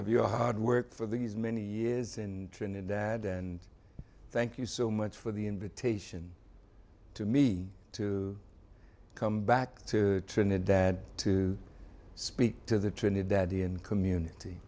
of your hard work for these many years and trinidad and thank you so much for the invitation to me to come back to trinidad to speak to the trinidadian community